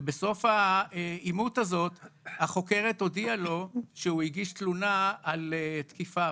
ובסוף האימות הזה החוקרת הודיעה לו שהוא הגיש תלונה על תקיפה.